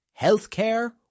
healthcare